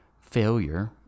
failure